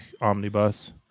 Omnibus